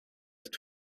ist